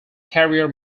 carrier